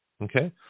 Okay